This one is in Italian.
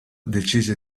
decise